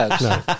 No